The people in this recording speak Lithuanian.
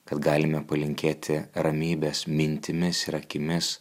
kad galime palinkėti ramybės mintimis ir akimis